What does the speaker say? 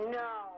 no